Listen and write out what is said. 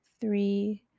three